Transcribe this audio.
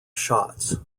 shots